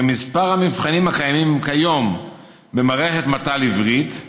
כמספר המבחנים הקיימים כיום במערכת מת"ל עברית.